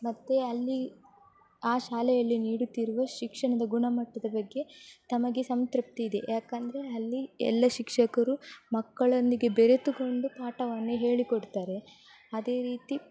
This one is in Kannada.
ಮತ್ತೆ ಅಲ್ಲಿ ಆ ಶಾಲೆಯಲ್ಲಿ ನೀಡುತ್ತಿರುವ ಶಿಕ್ಷಣದ ಗುಣಮಟ್ಟದ ಬಗ್ಗೆ ತಮಗೆ ಸಂತೃಪ್ತಿ ಇದೆ ಏಕೆಂದ್ರೆ ಅಲ್ಲಿ ಎಲ್ಲ ಶಿಕ್ಷಕರು ಮಕ್ಕಳೊಂದಿಗೆ ಬೆರೆತುಕೊಂಡು ಪಾಠವನ್ನು ಹೇಳಿ ಕೊಡುತ್ತಾರೆ ಅದೇ ರೀತಿ